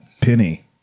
Penny